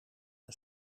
een